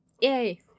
Yay